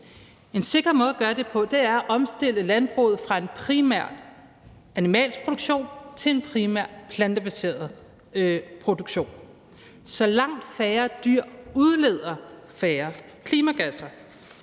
En sikker måde at gøre det på er at omstille landbruget fra en primært animalsk produktion til en primært plantebaseret produktion, så langt færre dyr udleder færre klimagasser,